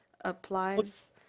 applies